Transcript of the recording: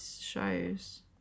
shows